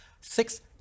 six